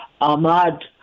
Ahmad